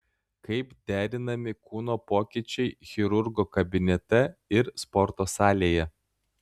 kaip derinami kūno pokyčiai chirurgo kabinete ir sporto salėje